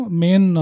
main